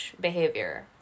behavior